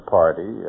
party